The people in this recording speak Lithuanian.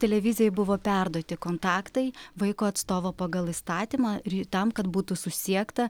televizijai buvo perduoti kontaktai vaiko atstovo pagal įstatymą ri tam kad būtų susiekta